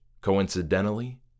coincidentally